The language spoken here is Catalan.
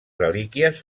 relíquies